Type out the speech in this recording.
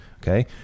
Okay